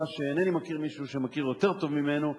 שאינני מכיר מישהו שמכיר יותר טוב ממנו,